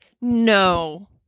no